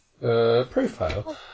Profile